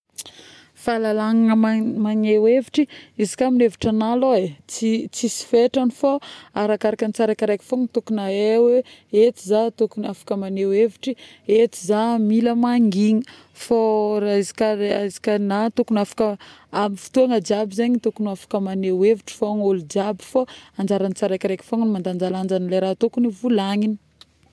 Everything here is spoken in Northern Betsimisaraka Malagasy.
Fahalalahagna magneho hevitry izy ka ny hevitra agna lôha.ee tsisy fetragny fô arakaraka tsiraikaraiky tokony ahay hoe eto za tokony afaka megneho hevitry, eto za mila mangigny, fô resaka, resaka na tokony afaka amin'ny fotôgna jiaby zegny tokony magneho hevitry foagna, olo-jiaby fô anjaran'ny tsiraikaraika fôgna mandanjalanja ny raha tokony ho volagniny